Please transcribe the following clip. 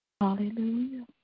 Hallelujah